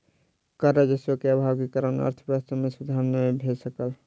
कर राजस्व के अभाव के कारण अर्थव्यवस्था मे सुधार नै भ सकल